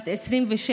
בת 27,